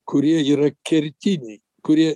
kurie yra kertiniai kurie